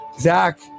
Zach